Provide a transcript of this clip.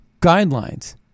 guidelines